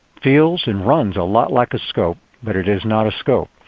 feels and runs a lot like a scope but it is not a scope.